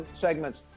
segments